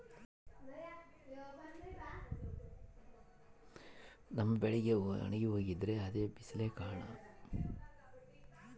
ನಮ್ಮ ಬೆಳೆ ಒಣಗಿ ಹೋಗ್ತಿದ್ರ ಅದ್ಕೆ ಬಿಸಿಲೆ ಕಾರಣನ?